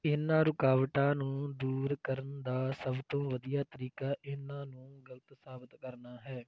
ਇਹਨਾਂ ਰੁਕਾਵਟਾਂ ਨੂੰ ਦੂਰ ਕਰਨ ਦਾ ਸਭ ਤੋਂ ਵਧੀਆ ਤਰੀਕਾ ਇਹਨਾਂ ਨੂੰ ਗਲਤ ਸਾਬਿਤ ਕਰਨਾ ਹੈ